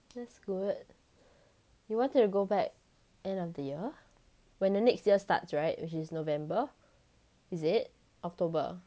that's good you wanted to go back end of the year when the next year starts right which is november is it october